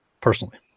personally